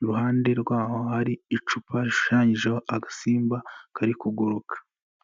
iruhande rwaho hari icupa rishushanyijeho agasimba kari kuguruka.